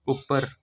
ਉੱਪਰ